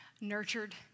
nurtured